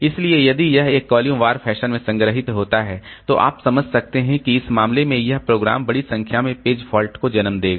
इसलिए यदि यह एक कॉलम वार फैशन में संग्रहीत होता है तो आप समझ सकते हैं कि इस मामले में यह प्रोग्राम बड़ी संख्या में पेज फॉल्ट को जन्म देगा